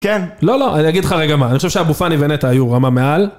כן? לא לא, אני אגיד לך רגע מה, אני חושב שאבו פאני ונטע היו רמה מעל.